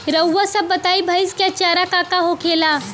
रउआ सभ बताई भईस क चारा का का होखेला?